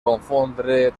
confondre